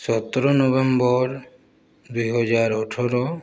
ସତର ନଭେମ୍ବର ଦୁଇ ହଜାର ଅଠର